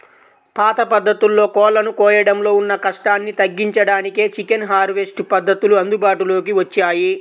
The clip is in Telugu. పాత పద్ధతుల్లో కోళ్ళను కోయడంలో ఉన్న కష్టాన్ని తగ్గించడానికే చికెన్ హార్వెస్ట్ పద్ధతులు అందుబాటులోకి వచ్చాయి